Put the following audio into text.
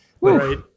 Right